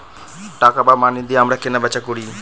টাকা বা মানি দিয়ে আমরা কেনা বেচা করি